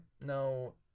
No